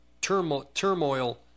turmoil